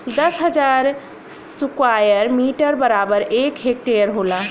दस हजार square metre बराबर एक हेक्टेयर होला